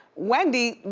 wendy,